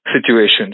situations